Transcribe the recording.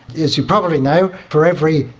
as you probably know, for every,